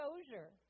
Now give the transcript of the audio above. exposure